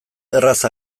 erraz